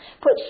put